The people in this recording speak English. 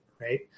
Right